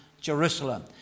Jerusalem